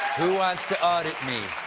who wants to audit me.